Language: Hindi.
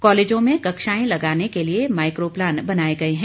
कालेजों में कक्षाएं लगाने के लिए माइको प्लान बनाए गए हैं